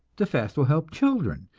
the fast will help children,